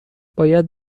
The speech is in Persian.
باید